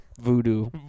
Voodoo